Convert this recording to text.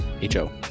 H-O